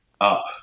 up